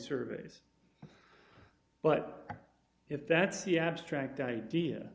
surveys but if that's the abstract idea